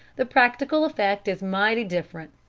the practical effect is mighty different.